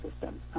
system